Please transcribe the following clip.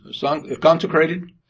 consecrated